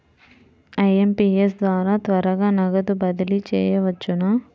IMPS ద్వారా త్వరగా నగదు బదిలీ చేయవచ్చునా?